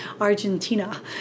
Argentina